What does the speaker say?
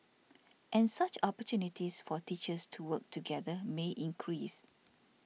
and such opportunities for teachers to work together may increase